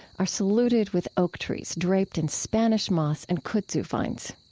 are saluted with oak trees draped in spanish moss and kudzu vines.